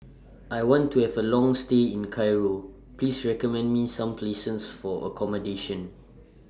I want to Have A Long stay in Cairo Please recommend Me Some For accommodation